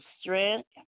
strength